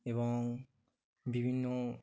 এবং বিভিন্ন